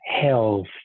health